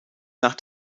nach